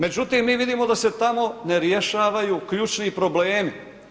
Međutim mi vidimo da se tamo ne rješavaju ključni problemi.